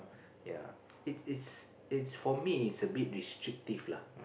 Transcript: ya it's it's it's for me it's a bit restrictive lah